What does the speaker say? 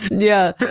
yeah,